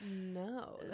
No